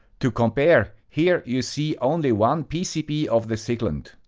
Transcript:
to compare here you see only one pcb of the siglent.